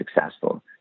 successful